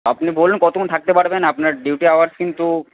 আপনি বলুন কতক্ষণ থাকতে পারবেন আপনার ডিউটি আওয়ার্স কিন্তু